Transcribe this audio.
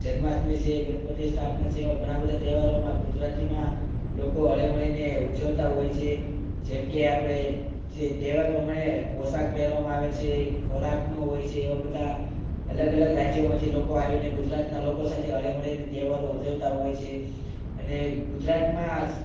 જન્માષ્ટમી છે ગણપતિ સ્થાપના જેવા ઘણા બધા તહેવારોમાં ગુજરાતીમાં લોકો હળીમળીને ઉજવતા હોય છે જેમ કે આપણે જે તહેવાર પ્રમાણે પોષાક પહેરવામાં આવે છે ખોરાકનો હોય છે એવા બધા અલગ અલગ રાજ્યોમાંથી લોકો આવીને ગુજરાતના લોકો સાથે હળીમળીને તહેવારો ઉજવતા હોય છે અને ગુજરાતમાં